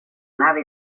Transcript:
nave